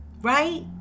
right